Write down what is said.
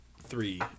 three